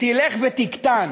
תלך ותקטן.